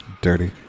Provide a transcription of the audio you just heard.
Dirty